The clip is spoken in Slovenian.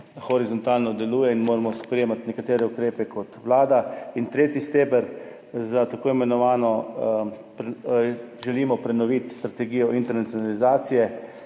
horizontalno deluje in moramo sprejemati nekatere ukrepe kot vlada. In tretji steber – želimo prenoviti strategijo internacionalizacije.